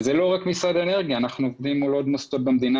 זה לא רק משרד האנרגיה אלא אנחנו עובדים מול עוד מוסדות במדינה